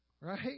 Right